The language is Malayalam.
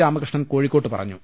രാമകൃഷ്ണൻ കോഴിക്കോട്ട് പറഞ്ഞു